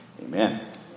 Amen